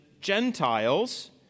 Gentiles